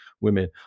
women